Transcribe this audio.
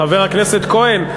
חבר הכנסת כהן,